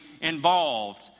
involved